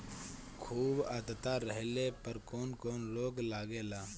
खुब आद्रता रहले पर कौन कौन रोग लागेला?